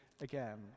again